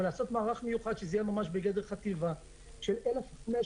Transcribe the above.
אבל לעשות מערך מיוחד שזה יהיה ממש בגדר חטיבה של 1,500